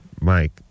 Mike